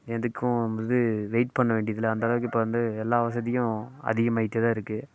எதுக்கும் இது வெயிட் பண்ண வேண்டியது இல்லை அந்தளவுக்கு இப்போ வந்து எல்லா வசதியும் அதிகமாகிட்டேதான் இருக்குது